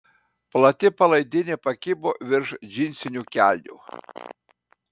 plati palaidinė pakibo virš džinsinių kelnių